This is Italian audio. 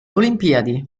olimpiadi